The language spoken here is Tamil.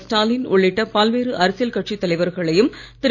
ஸ்டாலின் உள்ளிட்ட பல்வேறு அரசியல் கட்சித் தலைவர்களையும் திரு